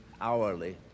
hourly